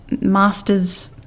master's